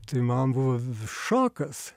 tai man buvo šokas